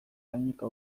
gaineko